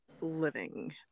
living